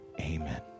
Amen